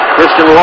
Christian